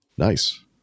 Nice